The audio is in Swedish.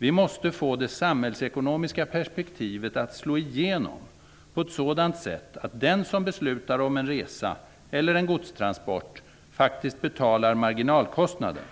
Vi måste få det samhällsekonomiska perspektivet att slå igenom på ett sådant sätt att den som beslutar om en resa eller en godstransport faktiskt betalar marginalkostnaden.